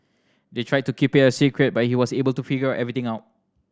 they tried to keep it a secret but he was able to figure everything out